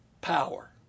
power